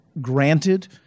granted